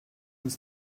uns